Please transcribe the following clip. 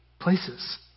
places